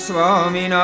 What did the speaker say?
Swami